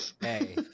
hey